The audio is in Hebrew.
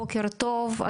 בוקר טוב,